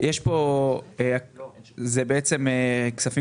אלה כספים